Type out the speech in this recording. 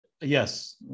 yes